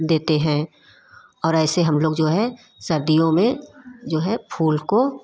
देते है और ऐसे हम लोग जो है सर्दियों में जो है फूल को